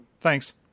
Thanks